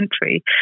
country